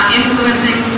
influencing